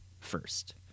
first